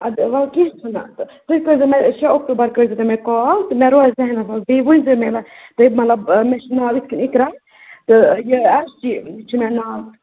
اَدٕ وَلہٕ کیٚنہہ چھُنہٕ تُہۍ کٔرۍزیو مےٚ شےٚ اکٹوٗبَر کٔرۍزیو تُہۍ مےٚ کال تہٕ مےٚ روزِ ذہنَس منٛز بیٚیہِ ؤنۍزیو مےٚ مےٚ بیٚیہِ مطلب مےٚ چھِ ناو یِتھ کَنہِ اِق اِقرا تہٕ یہِ اصلی چھُ مےٚ ناو